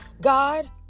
God